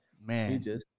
Man